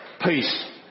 peace